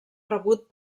rebut